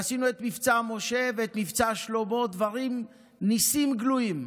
עשינו את מבצע משה, ואת מבצע שלמה, ניסים גלויים.